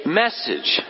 message